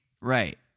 right